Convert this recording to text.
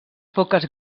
foques